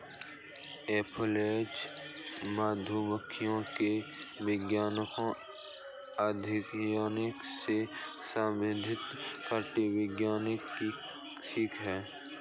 apiology मधुमक्खियों के वैज्ञानिक अध्ययन से संबंधित कीटविज्ञान की शाखा है